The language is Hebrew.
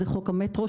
חוק המטרו,